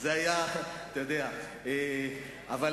אמרתי לו,